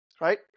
Right